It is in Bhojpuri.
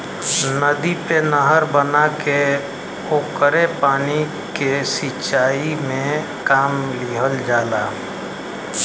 नदी पे नहर बना के ओकरे पानी के सिंचाई में काम लिहल जाला